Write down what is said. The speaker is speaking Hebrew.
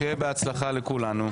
שיהיה בהצלחה לכולנו,